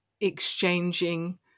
exchanging